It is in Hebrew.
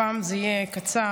הפעם זה יהיה קצר.